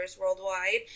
worldwide